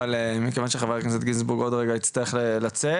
אבל מכיוון שחבר הכנסת גינזבורג עוד רגע יצטרך לצאת